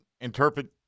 interpret